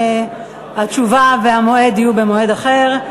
התשובה וההצבעה יהיו במועד אחר.